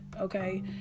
Okay